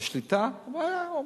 בשליטה, אבל היה עומס.